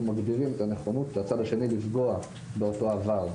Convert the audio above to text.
מגדילים את הנכונות של הצד השני לפגוע באותו עבר.